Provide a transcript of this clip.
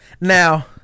Now